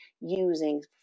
using